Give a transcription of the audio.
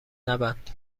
نبند